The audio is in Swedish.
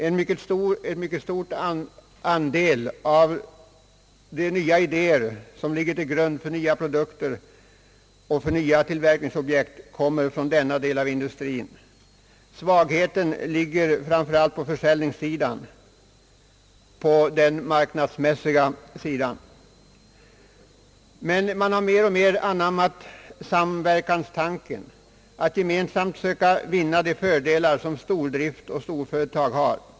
En mycket stor andel av de nya idéer som ligger till grund för nya produkter och tillverkningsobjekt kommer från denna del av industrin. Svagheten ligger framför allt på försäljningssidan, på den marknadsmässiga sidan. Men man har mer och mer anammat samverkanstanken, att gemensamt söka vinna de fördelar som stordrift och storföretag har.